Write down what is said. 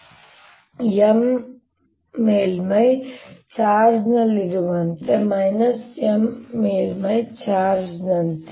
ಇದು ಹೀಗಿದೆ M ಮೇಲ್ಮೈ ಚಾರ್ಜ್ನಲ್ಲಿರುವಂತೆ M ಮೇಲ್ಮೈ ಚಾರ್ಜ್ನಂತೆ